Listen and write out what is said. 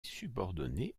subordonné